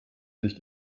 nicht